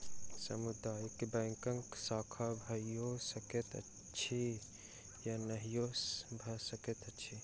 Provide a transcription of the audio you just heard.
सामुदायिक बैंकक शाखा भइयो सकैत अछि आ नहियो भ सकैत अछि